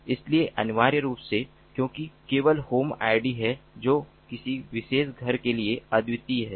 इसलिए अनिवार्य रूप से क्योंकि केवल होम आईडी है जो किसी विशेष घर के लिए अद्वितीय है